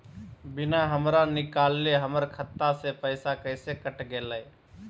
बिना हमरा निकालले, हमर खाता से पैसा कैसे कट गेलई?